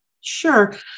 Sure